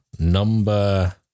Number